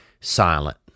silent